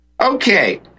Okay